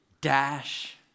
Dash